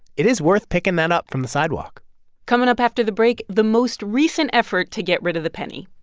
it is worth picking that up from the sidewalk coming up after the break, the most recent effort to get rid of the penny